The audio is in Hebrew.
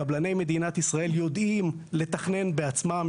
קבלני מדינת ישראל יודעים לתכנן בעצמם,